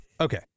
Okay